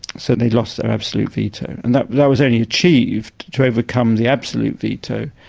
so they lost their absolute veto. and that that was only achieved to overcome the absolute veto,